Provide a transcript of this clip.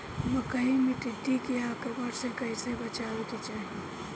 मकई मे टिड्डी के आक्रमण से कइसे बचावे के चाही?